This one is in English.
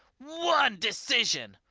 one decision,